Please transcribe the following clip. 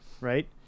right